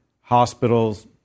hospitals